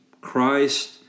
Christ